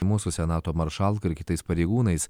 mūsų senato maršalka ir kitais pareigūnais